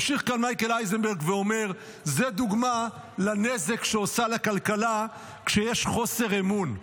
ממשיך כאן מייקל אייזנברג ואומר: זאת דוגמה לנזק לכלכלה כשיש חוסר אמון.